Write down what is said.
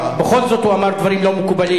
בכל זאת הוא אמר דברים לא מקובלים,